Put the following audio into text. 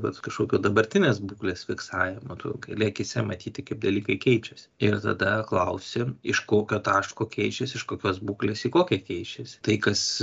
vat kažkokio dabartinės būklės fiksavimo tu gali akyse matyti kaip dalykai keičiasi ir tada klausi iš kokio taško keičiasi iš kokios būklės į kokią keičiasi tai kas